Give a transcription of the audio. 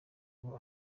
ngo